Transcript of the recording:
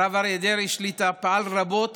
הרב אריה דרעי שליט"א פעל רבות